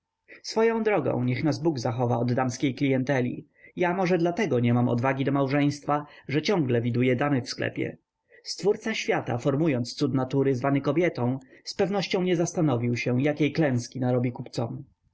swoją drogą niechaj nas bóg zachowa od damskiej klienteli ja może dlatego nie mam odwagi do małżeństwa że ciągle widuję damy w sklepie stwórca świata formując cud natury zwany kobietą z pewnością nie zastanowił się jakiej klęski narobi kupcom